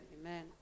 Amen